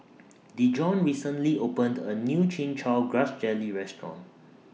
Dijon recently opened A New Chin Chow Grass Jelly Restaurant